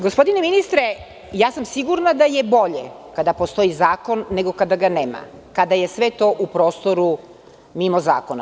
Gospodine ministre, ja sam sigurna da je bolje kada postoji zakon nego kada ga nema, kada je sve to u prostoru mimo zakona.